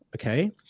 okay